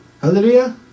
Hallelujah